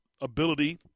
ability